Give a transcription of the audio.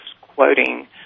quoting